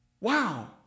Wow